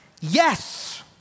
yes